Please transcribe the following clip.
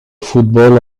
football